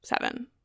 seven